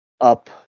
up